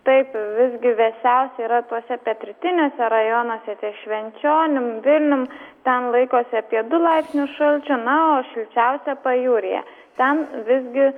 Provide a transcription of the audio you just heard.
taip visgi vėsiausia yra tuose pietrytiniuose rajonuose ties švenčionim vilnium ten laikosi apie du laipsnius šalčio na o šilčiausia pajūryje ten visgi